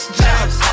jobs